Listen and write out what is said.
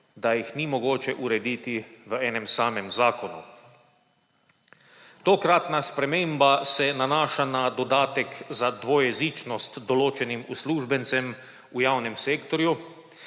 da jih ni mogoče urediti v enem samem zakonu. Tokratna sprememba se nanaša na dodatek za dvojezičnost določenim uslužbencem v javnem sektorju,